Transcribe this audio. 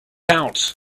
out